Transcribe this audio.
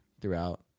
throughout